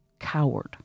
Coward